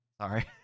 Sorry